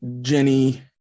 Jenny